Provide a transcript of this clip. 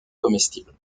comestibles